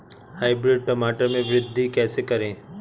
Hybrid टमाटर में वृद्धि कैसे करें?